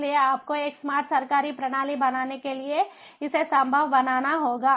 इसलिए आपको एक स्मार्ट सरकारी प्रणाली बनाने के लिए इसे संभव बनाना होगा